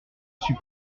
suis